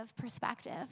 perspective